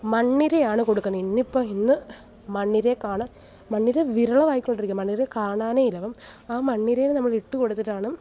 മണ്ണിരയാണ് കൊടുക്കുന്നത് ഇന്ന് ഇപ്പോൾ ഇന്ന് മണ്ണിരയെ കാണാൻ മണ്ണിര വിരളമായിക്കൊണ്ടിരിക്കുകയാ മണ്ണിരയെ കാണാനേ ഇല്ല അപ്പം ആ മണ്ണിരയെ നമ്മൾ ഇട്ടുകൊടുത്തിട്ടാണ്